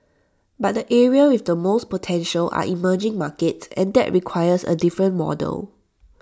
but the areas with the most potential are emerging markets and that requires A different model